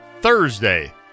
Thursday